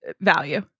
value